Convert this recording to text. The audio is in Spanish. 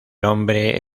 hombre